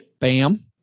Bam